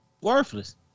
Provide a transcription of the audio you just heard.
Worthless